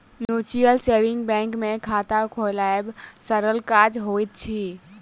mutual saving bank मे खाता खोलायब सरल काज होइत अछि